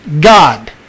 God